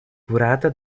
curata